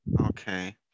Okay